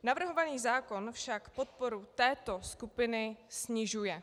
Navrhovaný zákon však podporu této skupiny snižuje.